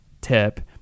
tip –